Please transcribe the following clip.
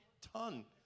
ton